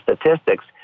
statistics